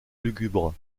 lugubres